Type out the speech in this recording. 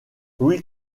louis